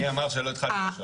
מי אמר שלא התחלנו לחשוב על זה?